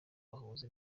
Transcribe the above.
bahuza